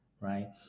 right